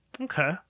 Okay